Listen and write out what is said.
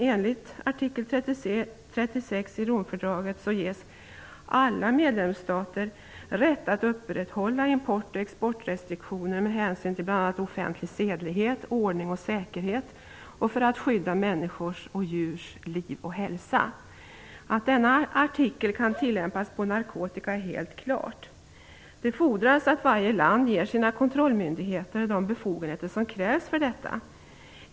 Enligt artikel 36 i Romfördraget ges alla medlemsstater rätt att upprätthålla import och exportrestriktioner med hänsyn till bl.a. offentlig sedlighet, ordning och säkerhet samt för att skydda människors och djurs liv och hälsa. Att denna artikel kan tillämpas på narkotika är helt klart. Det fordras att varje land ger sina kontrollmyndigheter de befogenheter som krävs för detta.